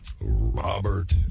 Robert